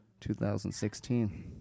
2016